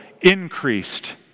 increased